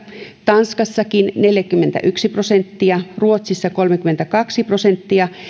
tanskassakin neljäkymmentäyksi prosenttia ruotsissa kolmekymmentäkaksi prosenttia